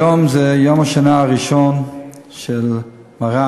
היום זה יום השנה הראשון של מרן,